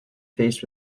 faced